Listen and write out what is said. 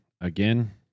Again